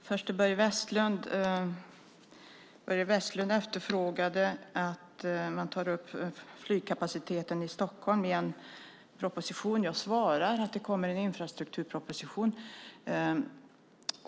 Fru talman! Börje Vestlund efterfrågade att man tar upp flygkapaciteten i Stockholm i en proposition. Jag svarar att det kommer en infrastrukturproposition.